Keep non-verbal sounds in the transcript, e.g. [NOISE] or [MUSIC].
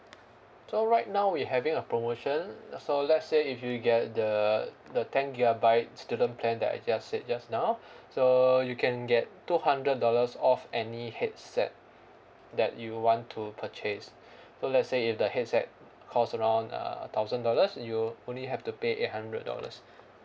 so right now we're having a promotion so let's say if you get the the ten gigabyte student plan that I just said just now [BREATH] so you can get two hundred dollars off any headset that you want to purchase [BREATH] so let's say if the headset cost around uh thousand dollars you only have to pay eight hundred dollars [BREATH]